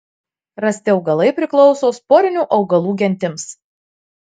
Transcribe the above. rasti augalai priklauso sporinių augalų gentims